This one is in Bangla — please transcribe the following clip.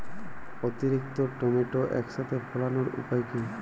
অতিরিক্ত টমেটো একসাথে ফলানোর উপায় কী?